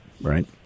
right